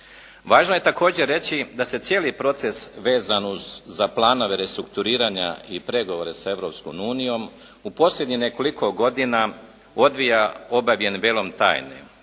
Važno je također reći da se cijeli proces vezan uz, za planove restrukturiranja i pregovore sa Europskom unijom u posljednjih nekoliko godina odvija obavijen velom tajne.